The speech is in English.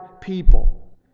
people